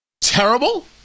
terrible